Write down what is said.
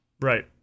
Right